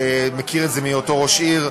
מכיר את זה מהיותו ראש עיר,